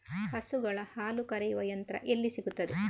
ಹಸುಗಳ ಹಾಲು ಕರೆಯುವ ಯಂತ್ರ ಎಲ್ಲಿ ಸಿಗುತ್ತದೆ?